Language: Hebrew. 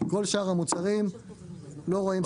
בכל שאר המוצרים לא רואים שום ירידה.